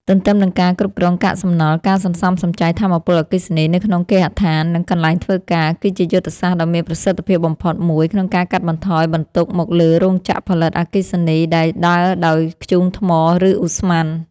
ទន្ទឹមនឹងការគ្រប់គ្រងកាកសំណល់ ការសន្សំសំចៃថាមពលអគ្គិសនីនៅក្នុងគេហដ្ឋាន និងកន្លែងធ្វើការ គឺជាយុទ្ធសាស្ត្រដ៏មានប្រសិទ្ធភាពបំផុតមួយក្នុងការកាត់បន្ថយបន្ទុកមកលើរោងចក្រផលិតអគ្គិសនីដែលដើរដោយធ្យូងថ្ម ឬឧស្ម័ន។